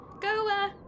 go